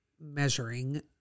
measuring